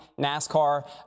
NASCAR